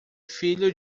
filho